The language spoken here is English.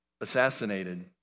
assassinated